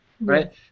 right